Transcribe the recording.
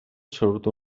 surt